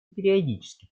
периодически